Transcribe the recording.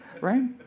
right